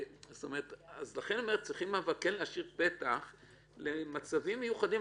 צריכים להשאיר פתח למצבים מיוחדים,